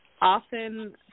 Often